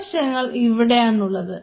കോശങ്ങൾ ഇവിടെയാണുള്ളത്